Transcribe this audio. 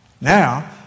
now